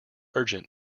urgent